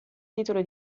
titolo